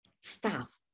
staff